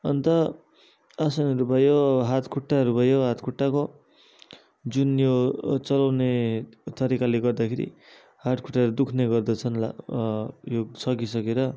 अन्त आसनहरू भयो हात खुट्टाहरू भयो हात खुट्टाको जुन यो चलाउने तरिकाले गर्दाखेरि हात खुट्टाहरू दुःख्ने गर्दछन् ल योग सकिसकेर